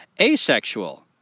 asexual